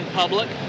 public